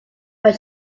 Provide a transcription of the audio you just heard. when